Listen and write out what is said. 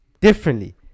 differently